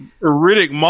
Riddick